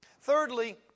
Thirdly